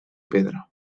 pedra